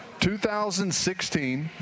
2016